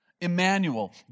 Emmanuel